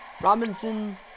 Robinson